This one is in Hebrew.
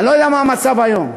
אני לא יודע מה המצב היום,